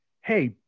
Hey